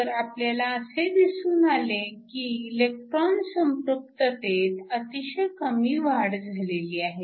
तर आपल्याला असे दिसून आले की इलेक्ट्रॉन संपृक्ततेत अतिशय कमी वाढ झालेली आहे